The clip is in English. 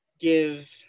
give